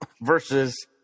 versus